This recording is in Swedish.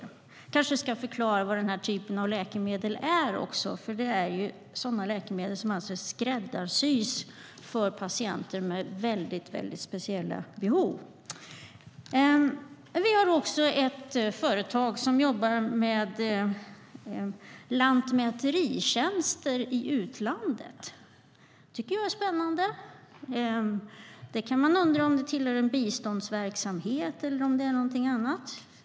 Jag kanske också ska förklara vad denna typ av läkemedel är. Det är läkemedel som skräddarsys för patienter med väldigt speciella behov. Vi har också ett företag som jobbar med lantmäteritjänster i utlandet. Det tycker jag är spännande. Man kan undra om det tillhör en biståndsverksamhet eller om det är någonting annat.